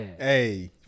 hey